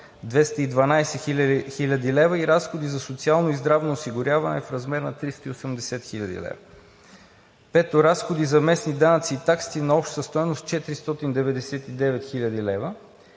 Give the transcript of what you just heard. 212 хил. лв. и разходите за социално и здравно осигуряване в размер на 380 хил. лв. Пето. Разходи за местни данъци и такси на обща стойност 499 хил. лв.